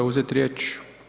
uzeti riječ?